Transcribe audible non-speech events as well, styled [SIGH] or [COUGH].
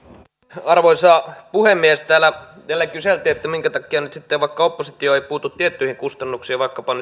arvoisa puhemies täällä kyseltiin minkä takia nyt sitten vaikka oppositio ei puutu tiettyihin kustannuksiin vaikkapa [UNINTELLIGIBLE]